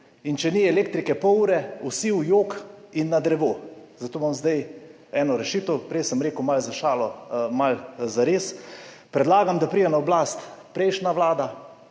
in če ni elektrike pol ure, vsi v jok in na drevo. Zato imam zdaj eno rešitev, prej sem rekel, malo za šalo, malo zares. Predlagam, da pride na oblast prejšnja vlada